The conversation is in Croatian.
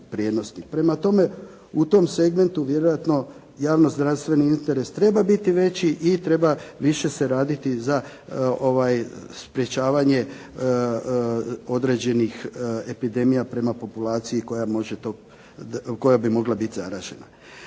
Prema tome, u tom segmentu vjerojatno javno zdravstveni interes treba biti veći i treba više se raditi za sprječavanja određenih epidemija prema populaciji koja bi mogla biti zaražena.